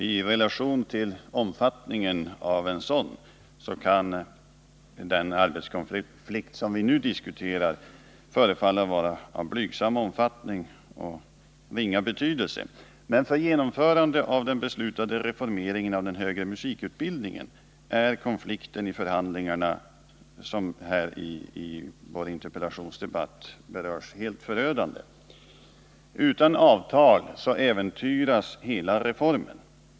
I relation till omfattningen av en sådan storkonflikt kan den arbetskonflikt som vi nu diskuterar förefalla vara av blygsam omfattning och ringa betydelse, men för genomförandet av den beslutade reformeringen av den högre musikutbildningen är konflikten i de förhandlingar som berörs här i vår interpellationsdebatt helt förödande. Utan avtal äventyras hela reformen.